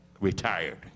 retired